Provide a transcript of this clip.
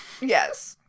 Yes